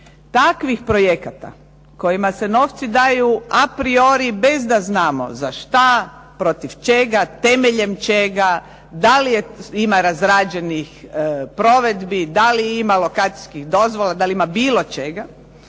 Takvih projekata kojima se novci daju a priori bez da znamo za šta, protiv čega, temeljem čega, da li ima razrađenih provedbi, da li ima lokacijskih dozvola, da li ima bilo čega.